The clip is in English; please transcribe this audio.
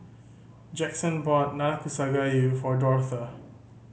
Jackson bought Nanakusa Gayu for Dortha